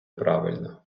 правильно